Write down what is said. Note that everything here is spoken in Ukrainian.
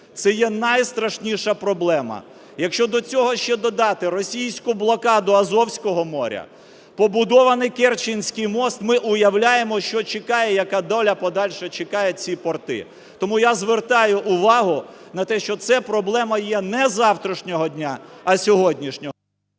це є найстрашніша проблема. Якщо до цього ще додати російську блокаду Азовського моря, побудований Керченськиймост, ми уявляємо, що чекає, яка доля подальша чекає ці порти. Тому я звертаю увагу на те, що це проблема є не завтрашнього дня, а сьогоднішнього.